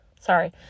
sorry